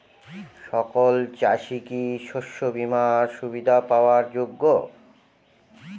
সকল চাষি কি শস্য বিমার সুবিধা পাওয়ার যোগ্য?